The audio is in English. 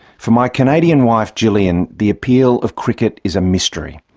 for my canadian wife, gillian, the appeal of cricket is a mystery.